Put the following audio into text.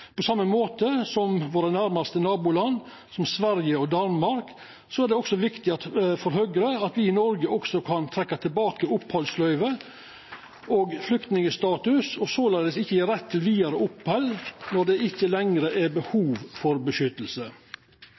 På same måten som i våre næraste naboland, som Sverige og Danmark, er det også viktig for Høgre at me i Noreg også kan trekkja tilbake opphaldsløyve og flyktningstatus, og såleis ikkje gje rett til vidare opphald når det ikkje lenger er behov for beskyttelse.